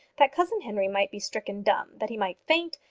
that cousin henry might be stricken dumb, that he might faint,